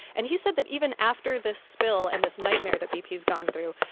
and he said that even after the spill and this nightmare that bp has gone through,